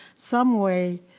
some way.